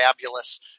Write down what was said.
fabulous